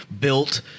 built